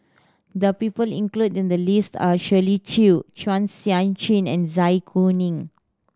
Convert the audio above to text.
the people included in the list are Shirley Chew Chua Sian Chin and Zai Kuning